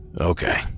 Okay